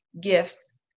gifts